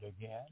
again